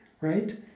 right